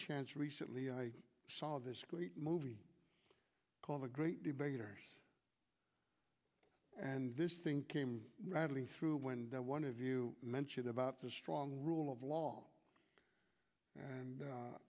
chance recently i saw this great movie called the great debaters and this thing came rattling through when one of you mentioned about the strong rule of law and